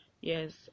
Yes